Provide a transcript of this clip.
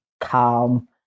calm